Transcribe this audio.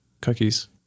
cookies